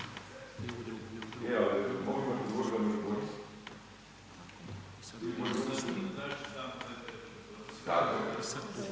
Hvala g.